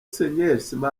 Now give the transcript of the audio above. smaragde